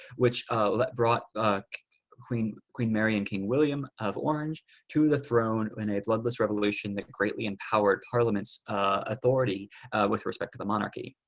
which brought queen queen mary and king william of orange to the throne. when a bloodless revolution that greatly empowered parliament's authority with respect to the monarchy.